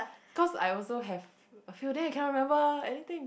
cause I also have a few days I can't remember anything